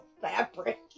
fabric